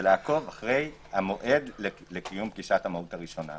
לעקוב אחרי המועד לקיום פגישת המהו"ת הראשונה.